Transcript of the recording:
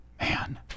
Man